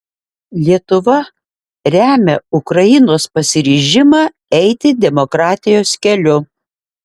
lietuva remia ukrainos pasiryžimą eiti demokratijos keliu